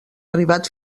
arribat